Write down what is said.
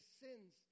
sins